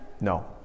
No